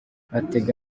batega